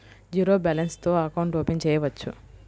Zero balance తో account open చేయవచ్చు?